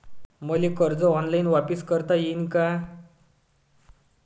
मले कर्ज ऑनलाईन वापिस करता येईन का?